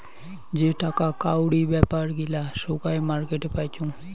যেটাকা কাউরি বেপার গিলা সোগায় মার্কেটে পাইচুঙ